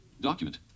Document